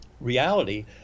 reality